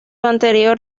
anterior